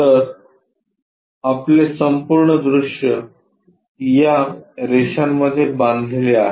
तर आपले संपूर्ण दृश्य या रेषांमध्ये बांधलेले आहे